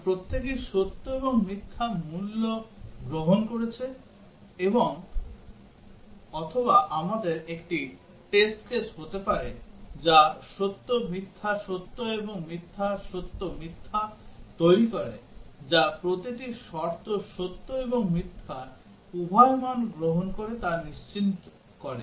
কারণ প্রত্যেকেই সত্য এবং মিথ্যা মূল্য গ্রহণ করেছে অথবা আমাদের একটি টেস্ট কেস হতে পারে যা সত্য মিথ্যা সত্য এবং মিথ্যা সত্য মিথ্যা তৈরি করে যাতে প্রতিটি শর্ত সত্য এবং মিথ্যা উভয় মান গ্রহণ করে তা নিশ্চিত করে